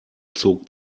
zog